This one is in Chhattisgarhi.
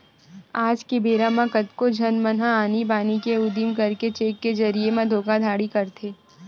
आज के बेरा म कतको झन मन ह आनी बानी के उदिम करके चेक के जरिए म धोखाघड़ी करथे